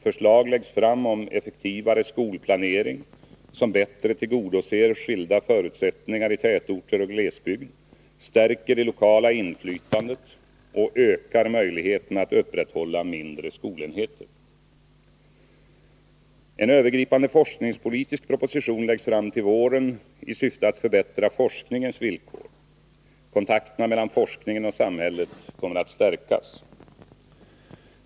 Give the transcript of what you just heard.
Förslag läggs fram om effektivare skolplanering, som bättre tillgodoser skilda förutsättningar i tätorter och glesbygd, stärker det lokala inflytandet och ökar möjligheterna att upprätthålla mindre skolenheter. En övergripande forskningspolitisk proposition läggs fram till våren i syfte att förbättra forskningens villkor. Kontakterna mellan forskningen och samhället kommer att stärkas.